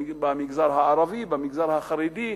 במגזר הערבי ובמגזר החרדי,